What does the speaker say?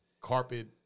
carpet